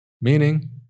Meaning